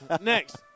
Next